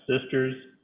sisters